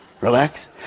Relax